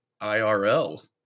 IRL